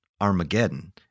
Armageddon